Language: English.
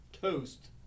toast